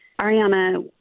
Ariana